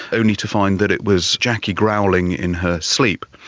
only to find that it was jackie growling in her sleep.